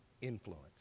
influence